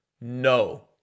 No